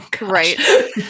right